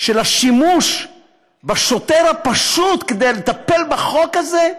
של השימוש בשוטר הפשוט כדי לטפל בחוק הזה,